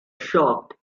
shocked